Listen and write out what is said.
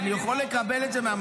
כן --- אני יכול לקבל את זה מהמזכיר?